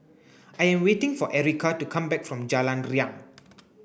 I am waiting for Erika to come back from Jalan Riang